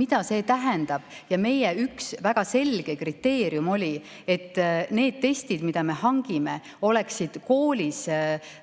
mida see tähendab, ja meie üks väga selge kriteerium oli, et need testid, mis me hangime, oleksid koolis läbi